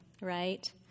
right